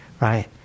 right